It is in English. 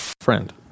Friend